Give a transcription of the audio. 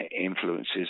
influences